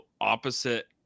opposite